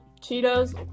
Cheetos